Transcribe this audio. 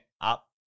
up